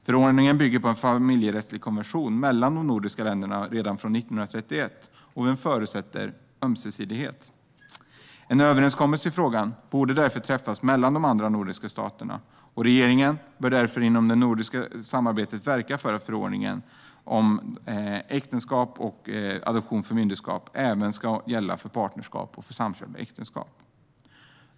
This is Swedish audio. Förordningen bygger på en familjerättslig konvention mellan de nordiska länderna som skrevs redan 1931 och som förutsätter ömsesidighet. En överenskommelse i frågan borde därför träffas mellan de andra nordiska staterna. Regeringen bör därför inom det nordiska samarbetet verka för att förordningen om äktenskap, adoption och förmyndarskap även ska gälla för partnerskap och samkönade äktenskap.